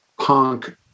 punk